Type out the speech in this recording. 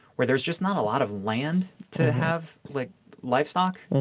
where there's just not a lot of land to have like livestock.